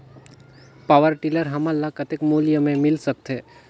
Power tiller हमन ल कतेक मूल्य मे मिल सकथे?